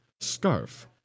scarf